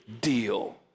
deal